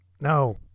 No